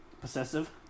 possessive